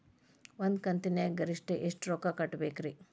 ಒಂದ್ ಕಂತಿನ್ಯಾಗ ಗರಿಷ್ಠ ಎಷ್ಟ ರೊಕ್ಕ ಕಟ್ಟಬೇಕ್ರಿ?